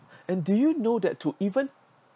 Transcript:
and do you know that to even